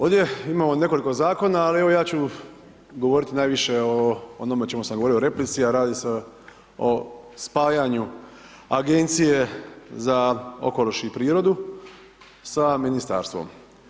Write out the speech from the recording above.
Ovdje imamo nekoliko zakona, ali ja ću govoriti najviše o onome što sam govorio o replici, a radi se o spajanju Agencije za okoliš i prirodu sa ministarstvom.